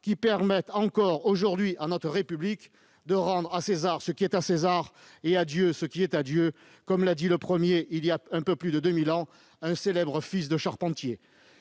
qui permettent, encore aujourd'hui, à notre République de rendre « à César ce qui est à César et à Dieu ce qui est à Dieu », comme l'a dit, le premier, voilà un peu plus de deux mille ans, un célèbre fils de charpentier